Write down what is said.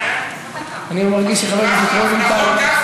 אני מרגיש שחבר הכנסת רוזנטל,